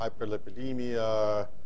hyperlipidemia